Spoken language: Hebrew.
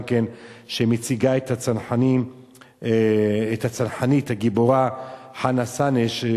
שמציגה את הצנחנית הגיבורה חנה סנש,